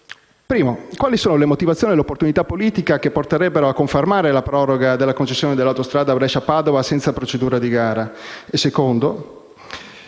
luogo, quali sono le motivazioni e l'opportunità politica che porterebbero a confermare la proroga della concessione dell'autostrada Brescia-Padova senza procedura di gara; in secondo